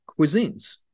cuisines